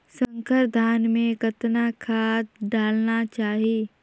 संकर धान मे कतना खाद डालना चाही?